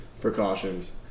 precautions